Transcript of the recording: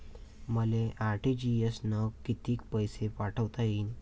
मले आर.टी.जी.एस न कितीक पैसे पाठवता येईन?